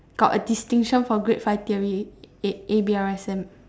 got a distinction for grade five theory A_B_R_S_M exam